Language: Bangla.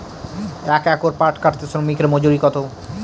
এক একর পাট কাটতে শ্রমিকের মজুরি কত?